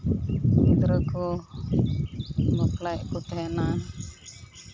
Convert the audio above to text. ᱜᱤᱫᱽᱨᱟᱹ ᱠᱚ ᱵᱟᱯᱞᱟᱭᱮᱫ ᱠᱚ ᱛᱟᱦᱮᱱᱟ